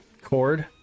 cord